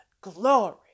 Glory